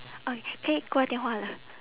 okay 可以挂电话了